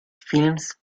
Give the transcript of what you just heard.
films